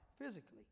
physically